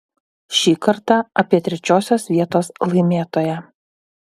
šį kartą apie trečiosios vietos laimėtoją